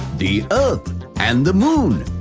the earth and the moon?